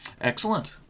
Excellent